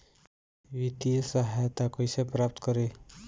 वित्तीय सहायता कइसे प्राप्त करी?